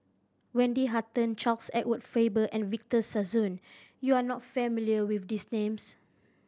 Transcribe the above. Wendy Hutton Charles Edward Faber and Victor Sassoon you are not familiar with these names